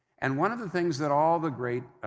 and, one of the things that all the great